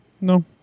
No